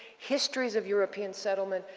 histories of european settlement,